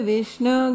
Vishnu